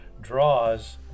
draws